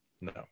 no